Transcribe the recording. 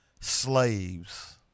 slaves